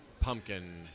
pumpkin